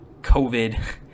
COVID